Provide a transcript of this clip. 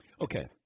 Okay